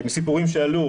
מסיפורים שעלו,